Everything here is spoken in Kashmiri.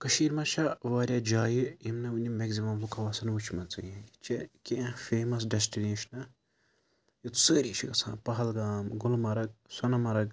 کٔشیٖر منٛز چھِ واریاہ جایہِ یِم نہٕ وُنہِ میٚگزِمَم لوٗکو آسیٚن وُچھمَژٕے ییٚتہِ چھِ کیٚنٛہہ فیمَس ڈیٚسٹٕنیشنہٕ یوٚت سٲری چھِ گَژھان پہلگام گُلمرگ سۄنہٕ مرٕگ